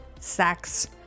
sex